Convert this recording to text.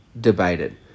Debated